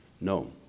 No